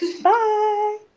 Bye